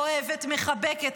אוהבת ומחבקת,